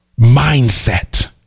mindset